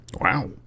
Wow